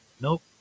Nope